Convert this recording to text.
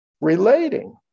relating